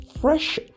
fresh